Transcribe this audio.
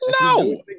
No